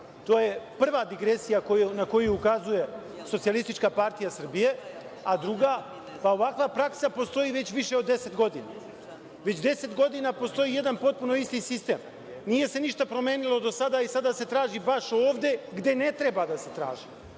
To je prva digresija na koju ukazuje SPS. Druga, pa, ovakva praksa postoji već više od 10 godina. Već 10 godina postoji jedan potpuno isti sistem. Nije se ništa promenilo do sada i sada se traži baš ovde gde ne treba da se traži,